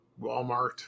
Walmart